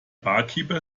barkeeper